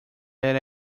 that